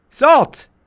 Salt